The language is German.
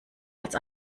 als